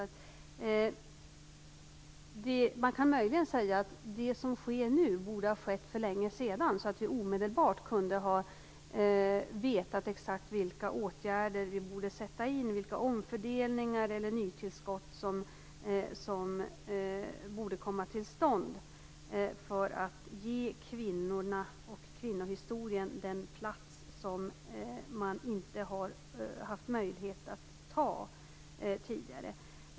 Möjligen kan man säga att det som nu sker borde ha skett för länge sedan, så att vi omedelbart hade vetat exakt vilka åtgärder som borde sättas in, vilka omfördelningar eller nytillskott som borde komma till stånd för att kvinnorna och kvinnohistorien skall få den plats som det tidigare inte funnits möjligheter att inta.